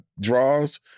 draws